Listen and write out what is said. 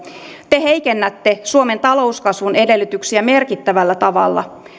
te heikennätte suomen talouskasvun edellytyksiä merkittävällä tavalla